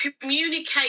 Communicate